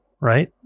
Right